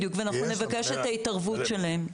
כן, בדיוק, ואנחנו נבקש את ההתערבות שלהם.